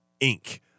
Inc